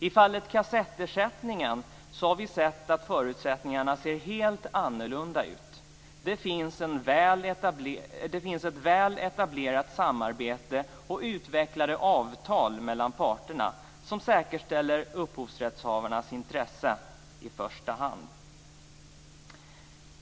I fallet med kassettersättningen har vi funnit förutsättningarna vara helt annorlunda. Det finns ett väl etablerat samarbete och utvecklade avtal mellan parterna som i första hand säkerställer upphovsrättshavarnas intressen.